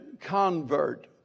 convert